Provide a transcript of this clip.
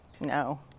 No